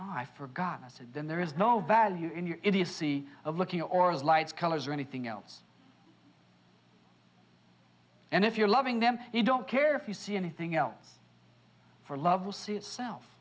i forgot i said then there is no value in your idiocy of looking or has lights colors or anything else and if you're loving them you don't care if you see anything else for love will see itself